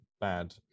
bad